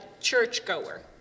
churchgoer